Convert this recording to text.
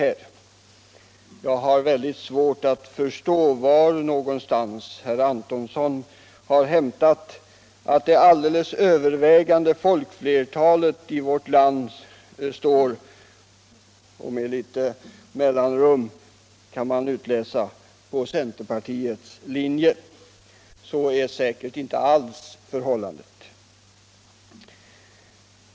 Och jag har mycket svårt att förstå var någonstans herr Antonsson har inhämtat att ”det alldeles övervägande folkflertalet i vårt land står” — och efter ett litet mellanrum kan man utläsa = ”på centerpartiets linje”. "Så säkert är inte alls förhållandet.